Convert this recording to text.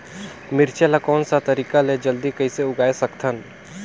मिरचा ला कोन सा तरीका ले जल्दी कइसे उगाय सकथन?